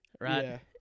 Right